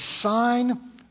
sign